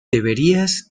deberías